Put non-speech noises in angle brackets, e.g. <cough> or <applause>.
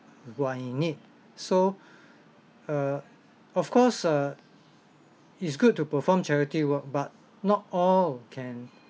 who are in need so <breath> err of course err it's good to perform charity work but not all can